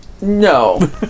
No